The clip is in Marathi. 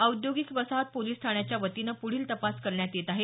औद्योगिक वसाहत पोलिस ठाण्याच्या वतीनं पुढील तपास करण्यात येत आहे